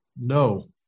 No